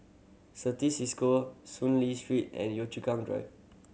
Certis Cisco Soon Lee Street and Yio Chu Kang Drive